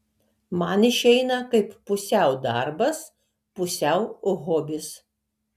man išeina kaip pusiau darbas pusiau hobis